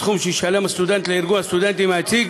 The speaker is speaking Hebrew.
את הסכום שישלם הסטודנט לארגון הסטודנטים היציג